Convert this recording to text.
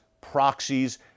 proxies